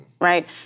right